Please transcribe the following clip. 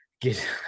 get